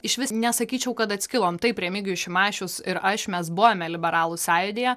išvis nesakyčiau kad atskilom taip remigijus šimašius ir aš mes buvome liberalų sąjūdyje